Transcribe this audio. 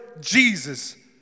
Jesus